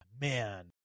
man